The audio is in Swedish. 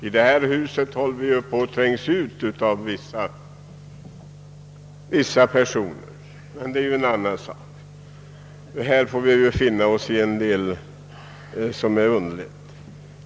I det här huset håller vi på att trängas ut av vissa personer, men det är ju en annan sak; här får vi finna oss i en del som är underligt.